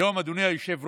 היום, אדוני היושב-ראש,